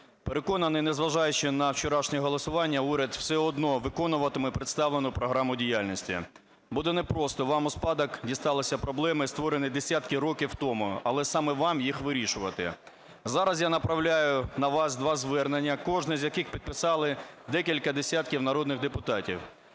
переконаний, незважаючи на вчорашнє голосування, уряд все одно виконуватиме представлену програму діяльності. Буде непросто, вам у спадок дісталися проблеми, створені десятки років тому, але саме вам їх вирішувати. Зараз я направляю на вас два звернення, кожне з яких підписали декілька десятків народних депутатів.